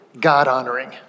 God-honoring